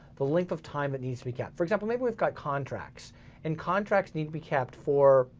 the length of time it needs to be kept. for example, maybe we've got contracts and contracts need to be kept for,